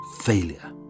failure